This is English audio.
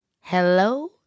hello